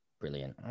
Brilliant